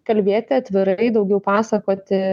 kalbėti atvirai daugiau pasakoti